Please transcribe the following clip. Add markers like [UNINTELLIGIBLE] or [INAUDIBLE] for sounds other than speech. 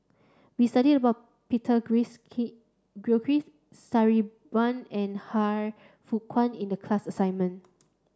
we studied about Peter [UNINTELLIGIBLE] Gilchrist Sabri Buang and Han Fook Kwang in the class assignment